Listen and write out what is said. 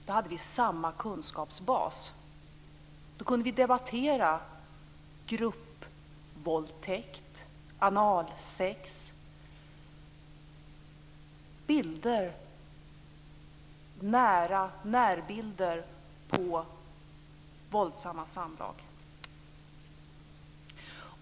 Då skulle vi ha samma kunskapsbas. Då kunde vi debattera gruppvåldtäkt, analsex och närbilder på våldsamma samlag.